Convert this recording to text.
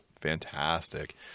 fantastic